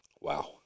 Wow